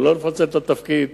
לא לפצל את התפקיד,